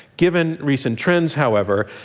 given recent trends, however,